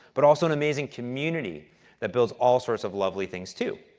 but also an amazing community that builds all sorts of lovely things, too,